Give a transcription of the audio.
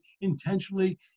intentionally